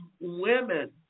women